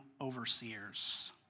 overseers